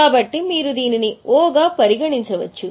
కాబట్టి మీరు దీనిని 'O' గా పరిగణించవచ్చు